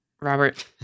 Robert